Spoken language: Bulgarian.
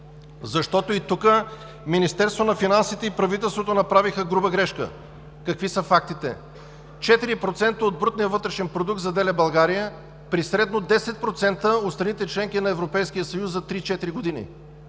на финансите и правителството направиха груба грешка. Какви са фактите? 4% от брутния вътрешен продукт заделя България при средно 10% от страните – членки на Европейския